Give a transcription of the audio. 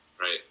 Right